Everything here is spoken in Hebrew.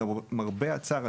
למרבה הצער,